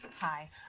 Hi